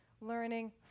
learning